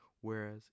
whereas